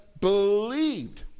believed